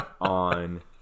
on